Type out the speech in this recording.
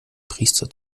priester